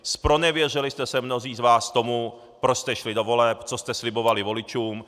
Zpronevěřili jste se mnozí z vás tomu, proč jste šli do voleb, co jste slibovali voličům.